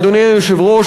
אדוני היושב-ראש,